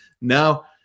Now